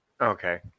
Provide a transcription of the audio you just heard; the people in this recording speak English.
Okay